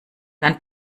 dann